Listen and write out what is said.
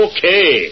Okay